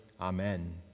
Amen